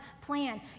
plan